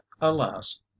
alas